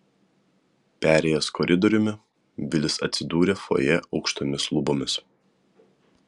perėjęs koridoriumi vilis atsidūrė fojė aukštomis lubomis